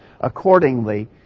accordingly